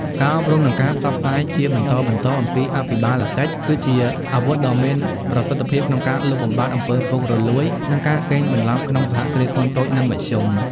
ការអប់រំ និងការផ្សព្វផ្សាយជាបន្តបន្ទាប់អំពីអភិបាលកិច្ច គឺជាអាវុធដ៏មានប្រសិទ្ធភាពក្នុងការលុបបំបាត់អំពើពុករលួយ និងការកេងបន្លំក្នុង សហគ្រាសធុនតូច និងមធ្យម។